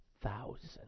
thousand